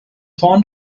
fond